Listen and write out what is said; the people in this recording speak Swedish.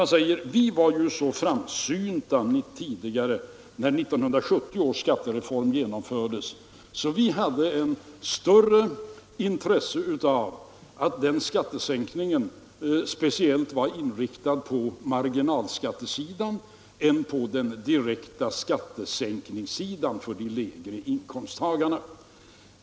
Han sade: Vi var ju så framsynta när 1970 års skattereform genomfördes, så vi hade ett intresse av att den skattesänkningen mera var inriktad på marginalskattesidan än på den direkta skattesänkningssidan för de lägre inkomsttagarna.